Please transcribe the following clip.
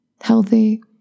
healthy